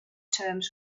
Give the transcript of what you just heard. terms